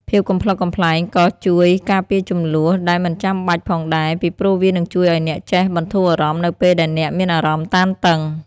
ភាពកំប្លុកកំប្លែងក៏ជួយការពារជម្លោះដែលមិនចាំបាច់ផងដែរ ពីព្រោះវានឹងជួយឱ្យអ្នកចេះបន្ធូរអារម្មណ៍នៅពេលដែលអ្នកមានអារម្មណ៍តានតឹង។